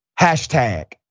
hashtag